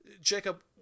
Jacob